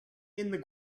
the